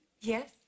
Yes